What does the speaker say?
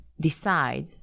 decide